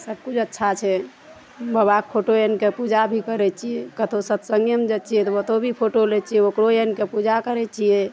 सब किछु अच्छा छै बाबाके फोटो आनि कऽ पूजा भी करै छियै कतौ सत्सङ्गेमे जाइ छियै तऽ ओत्तौ भी फोटो लै छियै ओकरो आनि कऽ पूजा करै छियै